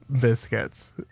biscuits